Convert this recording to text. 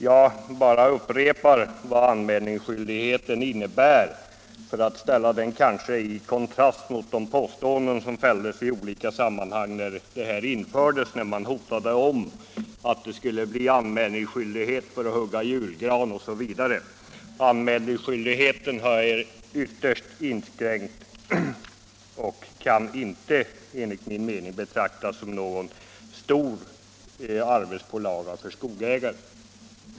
Jag bara upprepar vad anmälningsplikten innebär för att ställa det i kontrast mot de påståenden som fälldes i olika sammanhang när paragrafen infördes. Då varnade man för att det skulle bli anmälningsplikt för att hugga julgran osv. Anmälningsskyldigheten är ytterst inskränkt och kan enligt min mening inte betraktas som någon stor arbetspålaga för skogsägarna.